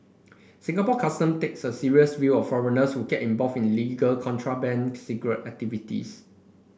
Singapore Custom takes a serious view of foreigners who get involved in illegal contraband cigarette activities